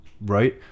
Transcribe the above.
right